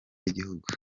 y’igihugu